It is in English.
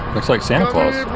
looks like santa claus.